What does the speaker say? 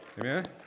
Amen